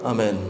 Amen